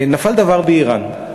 נפל דבר באיראן.